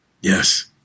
Yes